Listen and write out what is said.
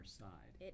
side